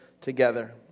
together